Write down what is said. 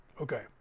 Okay